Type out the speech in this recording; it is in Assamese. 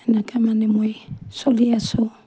সেনেকৈ মানে মই চলি আছোঁ